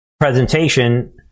presentation